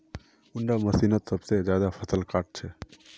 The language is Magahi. कुंडा मशीनोत सबसे ज्यादा फसल काट छै?